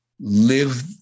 live